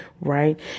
right